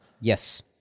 Yes